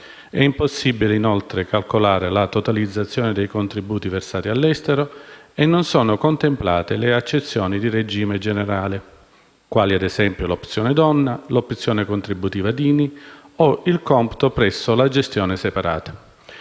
È impossibile, inoltre, calcolare la totalizzazione dei contributi versati all'estero e non sono contemplate le accezioni di regime generale quali, ad esempio, l'opzione donna, l'opzione contributiva Dini o il computo presso la gestione separata.